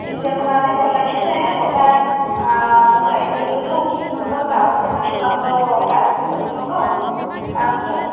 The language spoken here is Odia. କିନ ଦେଖୁନାହାନ୍ତି ବଲାଙ୍ଗୀରିରେ ବଢ଼ିଆ ମୁଁ ଯାଇଥିଲି ଏବେ ଯେଉଁ କି ସୁନ୍ଦର ଚାଉଳ ବରା ଯେଉଁ ଆମର ଫାୟାର୍ ଷ୍ଟେସନ୍ ଛକ ଟାଉନ୍ରେ